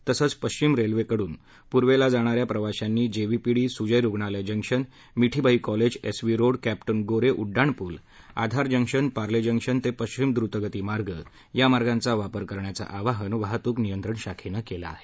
तसंच पश्चिमेकडून पूर्वेला जाणा या प्रवाशांनी जेव्हीपीडी सुजय रुग्णालय junction Mithibai college S V road captain Gore उड्डाणपूल आधार जंक्शन पार्ले जंक्शन ते पश्चिम द्रतगती मार्ग या मार्गांचा वापर करण्याचं आवाहन वाहतूक नियंत्रण शाखेनं केलं आहे